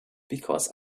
because